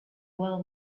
well